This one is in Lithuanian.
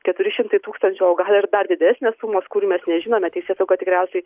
keturi šimtai tūkstančių o gal ir dar didesnės sumos kurių mes nežinome teisėsauga tikriausiai